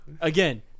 Again